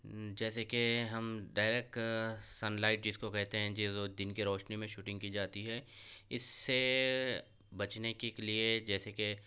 جیسے کہ ہم ڈائریک سن لائٹ جس کو کہتے ہیں دن کی روشنی میں شوٹنگ کی جاتی ہے اس سے بچنے کی کے لیے جیسے کہ